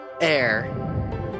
Air